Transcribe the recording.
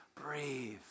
breathe